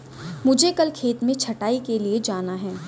मुझे कल खेत में छटाई के लिए जाना है